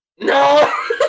No